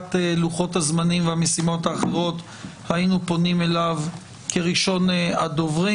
מצוקת לוחות-הזמנים והמשימות האחרות היינו פונים אליו כראשון הדוברים.